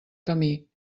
camí